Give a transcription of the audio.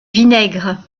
vinaigre